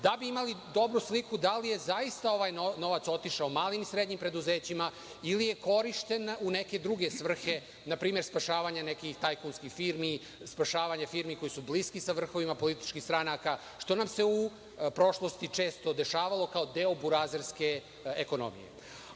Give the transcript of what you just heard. da bi imali dobru sliku da li je zaista ovaj novac otišao malim i srednjim preduzećima ili je korišćen u neke druge svrhe, na primer spašavanje nekih tajkunskih firmi, spašavanje firmi koje su bliski sa vrhovima političkih stranaka, što nam se u prošlosti često dešavalo kao deo burazerske ekonomije. Ako